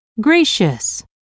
gracious